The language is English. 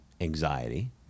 anxiety